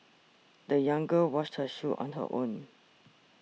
the young girl washed her shoes on her own